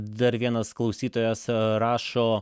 dar vienas klausytojas rašo